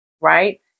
right